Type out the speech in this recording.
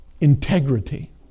integrity